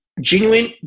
genuine